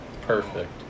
perfect